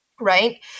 Right